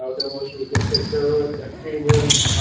demolition was going to take care of it. that came in,